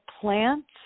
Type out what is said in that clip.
plants